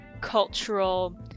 cultural